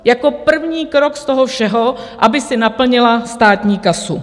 Jako první krok z toho všeho, aby si naplnila státní kasu.